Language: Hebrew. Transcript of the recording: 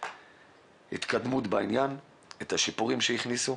על ההתקדמות בעניין והשיפורים שהוכנסו.